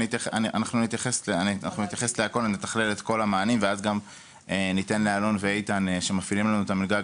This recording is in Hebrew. אני אתכלל את כל המענים ואז גם ניתן לאלון ואיתן שמפעילים לנו את המלגה,